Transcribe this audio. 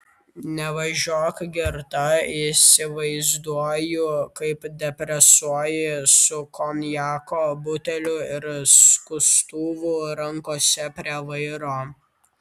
nevažiuok girta įsivaizduoju kaip depresuoji su konjako buteliu ir skustuvu rankose prie vairo